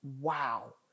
wow